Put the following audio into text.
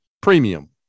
premium